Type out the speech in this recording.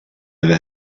ever